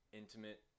intimate